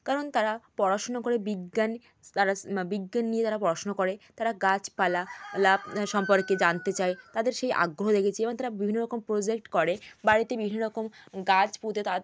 কারণ তারা পড়াশোনা করে বিজ্ঞান তারা বিজ্ঞান নিয়ে তারা পড়াশোনা করে তারা গাছপালা সম্পর্কে জানতে চায় তাদের সেই আগ্রহ দেখেছি এবং তারা বিভিন্ন রকম প্রজেক্ট করে বাড়িতে বিভিন্ন রকম গাছ পুঁতে তার